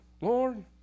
Lord